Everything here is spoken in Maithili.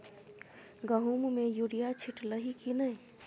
गहुम मे युरिया छीटलही की नै?